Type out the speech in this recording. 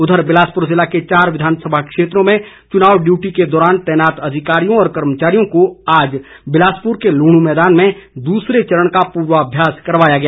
उधर बिलासपुर जिले के चार विधानसभा क्षेत्रों में चुनाव डयूटी के लिए तैनात अधिकारियों और कर्मचारियों को आज बिलासपुर के लुहण् मैदान में दूसरे चरण का पूर्वाभ्यास करवाया गया